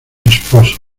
esposos